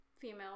female